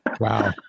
Wow